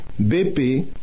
BP